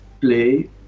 play